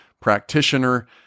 practitioner